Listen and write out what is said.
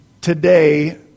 Today